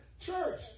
church